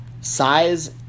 Size